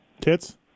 Tits